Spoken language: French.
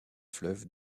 fleuves